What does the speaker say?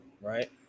right